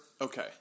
Okay